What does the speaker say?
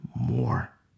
more